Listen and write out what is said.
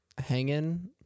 Hanging